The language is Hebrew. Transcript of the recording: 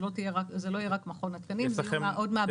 זה לא יהיה רק מכון התקנים אלא יהיו עוד מעבדות.